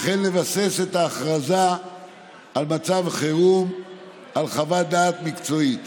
וכן לבסס את ההכרזה על מצב חירום על חוות דעת מקצועית.